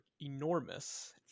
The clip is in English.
enormous